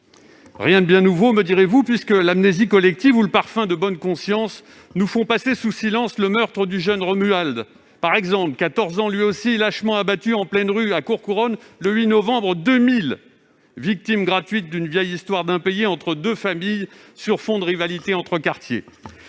Rien de bien nouveau », me direz-vous, puisque l'amnésie collective ou le parfum de bonne conscience nous font par exemple passer sous silence le meurtre du jeune Romuald, 14 ans lui aussi, lâchement abattu en pleine rue, à Courcouronnes, le 8 novembre 2000, victime gratuite d'une vieille histoire d'impayé entre deux familles sur fond de rivalités entre quartiers.